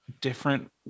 different